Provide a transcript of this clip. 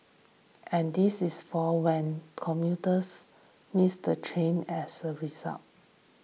and this is for when commuters miss the train as a result